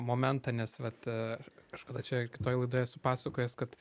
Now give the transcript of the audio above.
momentą nes vat kažkada čia kitoj laidoj esu pasakojęs kad